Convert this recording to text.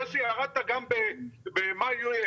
זה שירדת גם במאי-יוני,